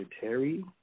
Terry